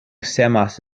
semas